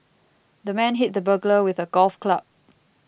the man hit the burglar with a golf club